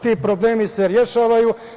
Ti problemi se rešavaju.